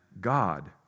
God